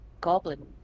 Goblin